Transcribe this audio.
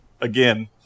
again